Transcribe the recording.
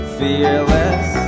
fearless